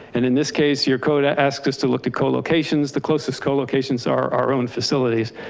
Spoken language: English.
and in this case, your coda asks us to look to co-location is the closest co-location is our our own facilities.